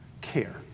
care